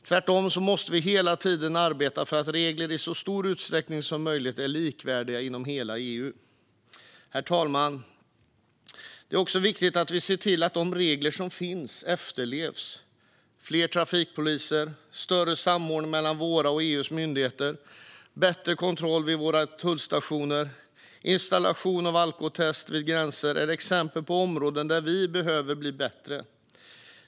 Tvärtom måste man hela tiden arbeta för att reglerna i så stor utsträckning som möjligt ska vara likvärdiga inom hela EU. Herr talman! Det är också viktigt att vi ser till att de regler som finns efterlevs. Fler trafikpoliser, större samordning mellan våra och EU:s myndigheter, bättre kontroll vid våra tullstationer och installation av alkotest vid gränser är exempel på områden där vi behöver bli bättre.